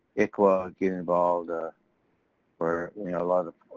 ik-wa, get involved, ah or a lot of